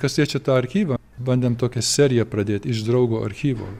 kas liečia tą archyvą bandėm tokią seriją pradėt iš draugo archyvo